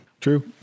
True